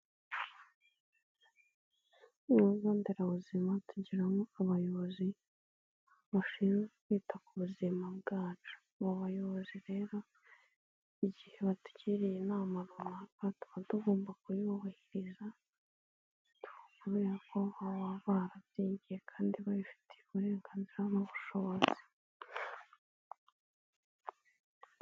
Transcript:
Mu bigo nderabuzima tugiramo abayobozi bashinzwe kwita ku buzima bwacu, abo bayobozi rero igihe batugiriye inama runaka tuba tugomba kuyubahiriza kubera ko baba barabyigiye kandi babifitiye uburenganzira n'ubushobozi.